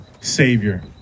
savior